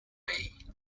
bay